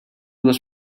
was